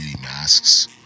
masks